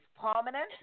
permanent